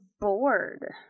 bored